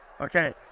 Okay